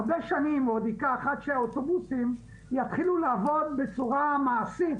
עוד הרבה שנים ייקח עד שהאוטובוסים יתחילו לעבוד בצורה מעשית